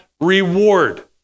reward